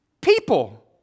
people